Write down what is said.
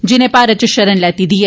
जिनें भारत च शरण लैती दी ऐ